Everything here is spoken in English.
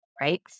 right